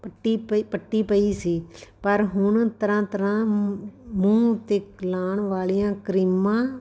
ਪੱਟੀ ਪਈ ਪੱਟੀ ਪਈ ਸੀ ਪਰ ਹੁਣ ਤਰ੍ਹਾਂ ਤਰ੍ਹਾਂ ਮ ਮੂੰਹ 'ਤੇ ਲਾਉਣ ਵਾਲੀਆਂ ਕਰੀਮਾਂ